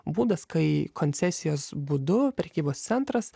būdas kai koncesijos būdu prekybos centras